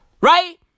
Right